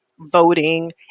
voting